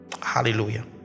hallelujah